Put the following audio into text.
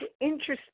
interesting